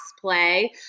play